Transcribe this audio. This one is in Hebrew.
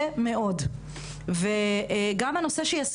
נשים שיש